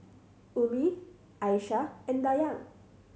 Ummi Aisyah and Dayang